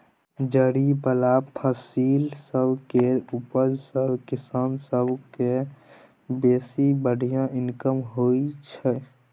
जरि बला फसिल सब केर उपज सँ किसान सब केँ बेसी बढ़िया इनकम होइ छै